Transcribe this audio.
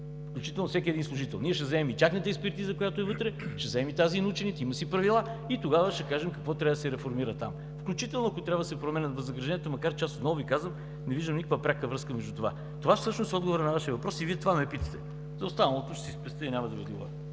включително всеки един служител. Ние ще вземем и тяхната експертиза, която е вътре, ще вземем и тази на учените. Има си правила. Тогава ще кажем какво трябва да се реформира там, включително, ако трябва, да се променят възнагражденията, макар че аз отново Ви казвам, не виждам никаква пряка връзка между това. Всъщност това е отговорът на Вашия въпрос и Вие това ме питате. За останалото ще си спестя и няма да Ви отговоря.